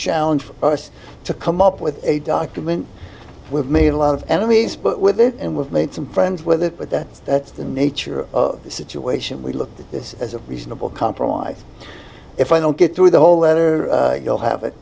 challenge for us to come up with a document we've made a lot of enemies but with it and we've made some friends with it but that's the nature of the situation we looked at this as a reasonable compromise if i don't get through the whole letter you'll have it